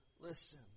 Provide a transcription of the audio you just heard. listen